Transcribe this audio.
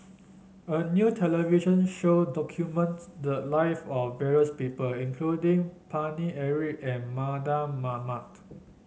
a new television show documents the live of various people including Paine Eric and Mardan Mamat